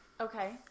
Okay